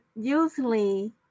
Usually